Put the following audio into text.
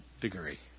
degree